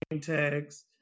tags